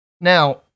Now